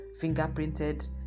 fingerprinted